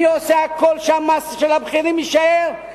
מי עושה הכול שהמס של הבכירים יישאר,